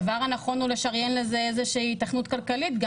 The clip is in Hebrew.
הדבר הנכון הוא לשריין לזה איזושהי היתכנות כלכלית.